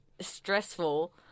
stressful